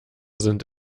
sind